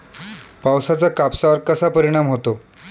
पावसाचा कापसावर कसा परिणाम होतो?